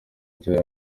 nshya